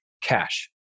Cash